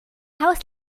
haus